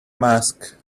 mask